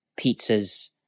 pizzas